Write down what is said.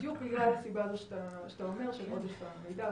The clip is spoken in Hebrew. בדיוק בגלל הסיבה הזו שאתה אומר, של עודף המידע.